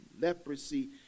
Leprosy